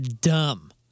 dumb